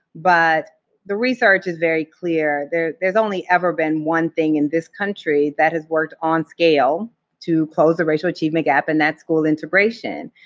but the research is very clear. there's there's only ever been one thing in this country that has worked on scale to close the racial achievement gap, and that's school integration.